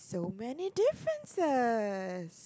so many differences